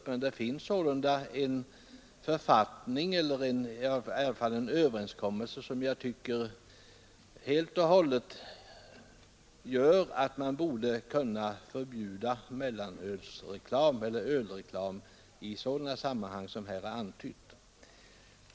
Men det finns i varje fall en överenskommelse som jag tycker gör att man borde kunna förbjuda ölreklam i sådana sammanhang som här har berörts.